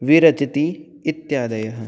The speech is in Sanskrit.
विरचति इत्यादयः